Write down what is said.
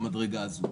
במדרגה הזאת.